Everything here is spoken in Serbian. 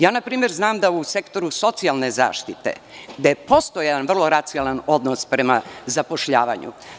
Na primer, znam da u sektoru socijalne zaštite je postojan vrlo racionalan odnos prema zapošljavanju.